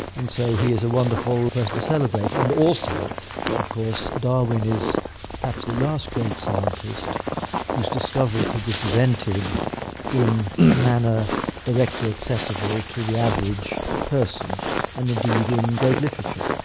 and so he is a wonderful person to celebrate. and also of course darwin is perhaps the last great scientist whose discoveries could be presented in a manner directly accessible to the average person and indeed in great literature.